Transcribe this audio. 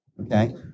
okay